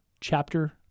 chapter